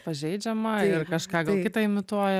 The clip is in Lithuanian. pažeidžiama ir kažką gal kitą imituoja